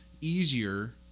easier